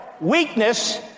Weakness